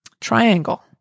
Triangle